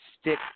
stick